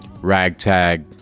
ragtag